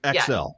xl